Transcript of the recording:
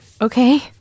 Okay